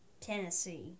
Tennessee